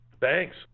Thanks